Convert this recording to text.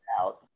out